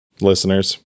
listeners